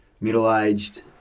middle-aged